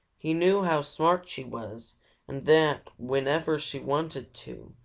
he knew how smart she was and that whenever she wanted to,